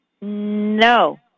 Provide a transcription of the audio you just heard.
no